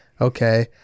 okay